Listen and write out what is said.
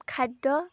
খাদ্য